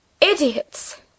idiots